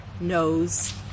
knows